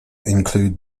include